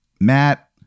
Matt